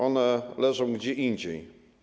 One leżą gdzie indziej.